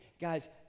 guys